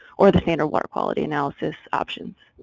or the standard water quality analysis options.